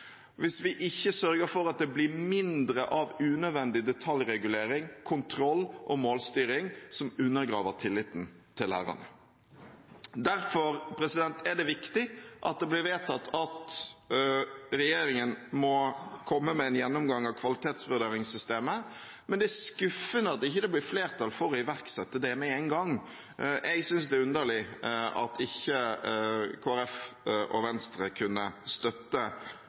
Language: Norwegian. hvis vi ikke sørger for at det blir mindre av unødvendig detaljregulering, kontroll og målstyring, noe som undergraver tilliten til lærerne. Derfor er det viktig at det blir vedtatt at regjeringen må komme med en gjennomgang av kvalitetsvurderingssystemet. Men det er skuffende at det ikke blir flertall for å iverksette det med en gang. Jeg synes det er underlig at ikke Kristelig Folkeparti og Venstre kunne støtte